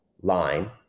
line